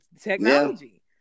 technology